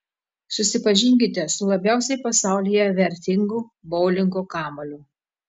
susipažinkite su labiausiai pasaulyje vertingu boulingo kamuoliu